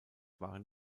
waren